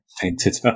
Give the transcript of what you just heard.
painted